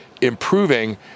improving